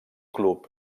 club